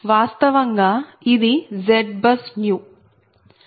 వాస్తవంగా ఇది ZBUSNEW